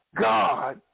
God